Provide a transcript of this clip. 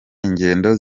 ingendo